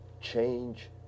change